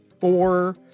four